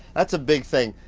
that's a big thing,